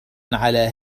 على